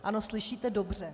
Ano, slyšíte dobře.